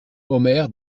omer